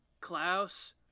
Klaus